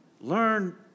learn